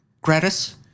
gratis